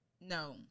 no